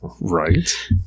right